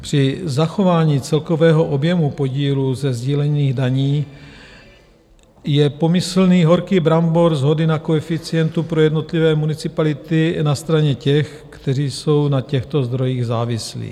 Při zachování celkového objemu podílu ze sdílených daní je pomyslný horký brambor shody na koeficientu pro jednotlivé municipality na straně těch, kteří jsou na těchto zdrojích závislí.